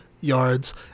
yards